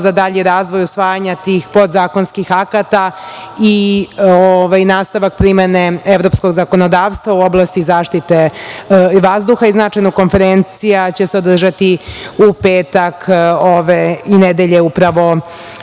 za dalji razvoj usvajanja tih podzakonskih akata i nastavak primene evropskog zakonodavstva u oblasti zaštite vazduha. Konferencija će se održati u petak, na